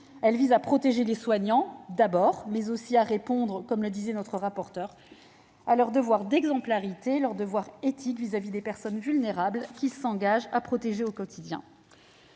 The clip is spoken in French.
Elle vise à protéger les soignants, mais aussi à répondre, comme le disait notre rapporteur pour avis, à leur « exigence d'exemplarité » et à leur « devoir éthique » vis-à-vis des personnes vulnérables qu'ils s'engagent à protéger au quotidien.